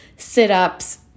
sit-ups